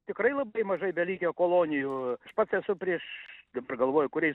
tikrai labai mažai belikę kolonijų aš pats esu prieš dabar galvoju kuriais